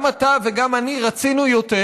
גם אתה וגם אני רצינו יותר,